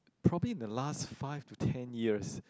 probably in the last five to ten years